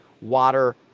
water